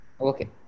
Okay